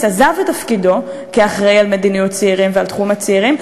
עזב את תפקידו כאחראי למדיניות צעירים ולתחום הצעירים,